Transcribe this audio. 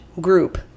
group